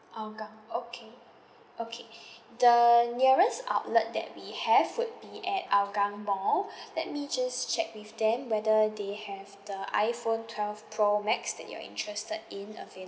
hougang okay okay the nearest outlet that we have would be at hougang mall let me just check with them whether they have the iphone twelve pro max that you're interested in available